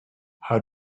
how